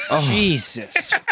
Jesus